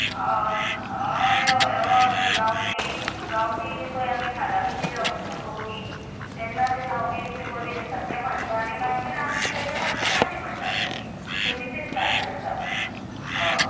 अ अ अय अय अय गावपी गावपी पय आमी धालांक उबी रावता पय वयर तेन्ना तें गावपी एकटें मदी आसता तें म्हण्टा आनी मागीर आमीं तेजा फाटल्यान आमीं म्हण्टा तशी पयली तें स्टार्ट करता हो